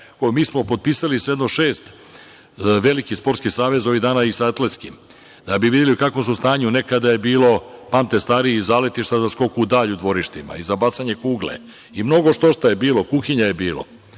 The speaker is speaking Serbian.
Mi smo popisali sa jedno šest velikih sportskih saveza, ovih dana i sa Atletskim da bi videli u kakvom su stanju. Nekada je bilo, pamte stariji, i zaletišta za skok u dalj u dvorištima i za bacanje kugle i mnogo što šta je bilo. Kuhinja je bilo. Tako